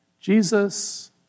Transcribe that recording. Jesus